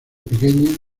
pequeña